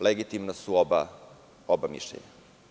Legitimna su oba mišljenja.